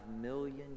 million